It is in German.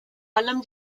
allem